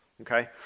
okay